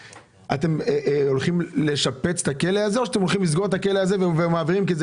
אתם הולכים לשפץ את הכלא הזה או שאתם הולכים לסגור אותו כי הוא ישן?